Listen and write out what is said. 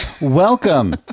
Welcome